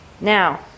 Now